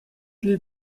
dil